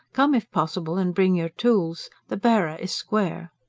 come if possible and bring your tools. the bearer is square.